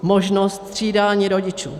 Možnost střídání rodičů.